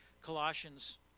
Colossians